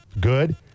good